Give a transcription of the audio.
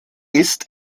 ist